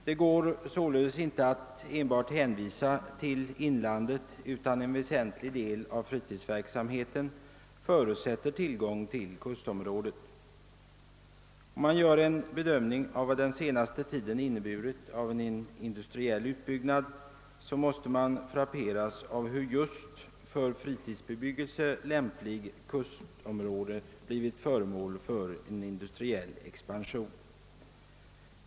Det går således inte att enbart hänvisa till inlandet, utan en väsentlig del av fritidsverksamheten förutsätter tillgång till kustområdet. Om man gör en bedömning av vad den senaste tiden inneburit i fråga om industriell utbyggnad, måste man frapperas av hur just för fritidsbebyggelse lämpliga kustområden blivit föremål för industriell expansion.